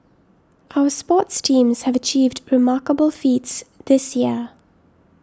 our sports teams have achieved remarkable feats this year